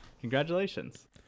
congratulations